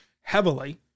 heavily